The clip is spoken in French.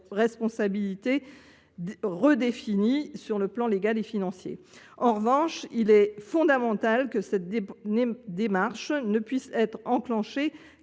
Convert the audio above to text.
responsabilités redéfinies sur le plan légal et financier. Toutefois, il est fondamental que cette démarche ne puisse être engagée